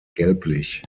gelblich